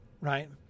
Right